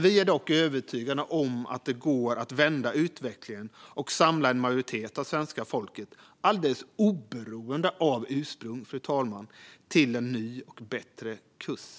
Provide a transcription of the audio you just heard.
Vi är dock övertygade om att det går att vända utvecklingen och samla en majoritet av svenska folket - alldeles oberoende av ursprung - till en ny, bättre kurs.